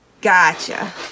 gotcha